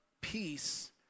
peace